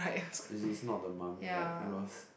it is not the mummy ride it was